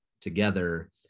together